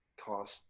cost